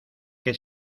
que